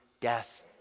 death